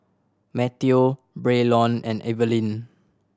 Mateo Braylon and Evelyne